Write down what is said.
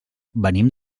venim